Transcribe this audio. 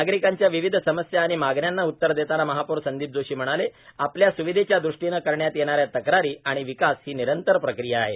नागरिकांच्या विविध समस्या आणि मागण्यांना उतर देताना महापौर संदीप जोशी म्हणाले आपल्या सुविधेच्या ृष्टीने करण्यात येणा या तक्रारी आणि विकास ही निरंतर प्रक्रिया आहे